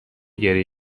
گریه